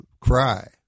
cry